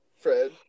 Fred